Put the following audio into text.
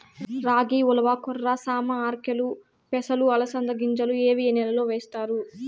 రాగి, ఉలవ, కొర్ర, సామ, ఆర్కెలు, పెసలు, అలసంద గింజలు ఇవి ఏ నెలలో వేస్తారు?